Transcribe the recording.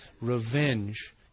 revenge